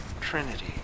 trinity